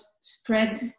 spread